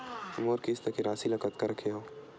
मोर किस्त के राशि ल कतका रखे हाव?